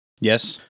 Yes